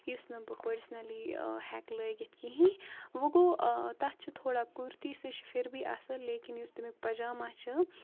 یُس نہٕ بہٕ پٔرسٕنٔلی ہٮ۪کہٕ لٲگِتھ کِہیٖنۍ وٕ گوٚو تَتھ چھُ تھوڑا کُرتی سُہ چھِ پھر بھی اَصٕل لیکِن یُس تمییُک پَجاما چھُ